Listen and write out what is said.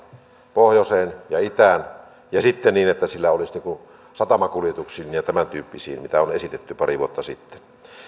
pohjoiseen ja itään ja sitten niin että sillä olisi vaikuttavuutta satamakuljetuksiin ja ja tämäntyyppisiin mitä on esitetty pari vuotta